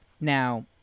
now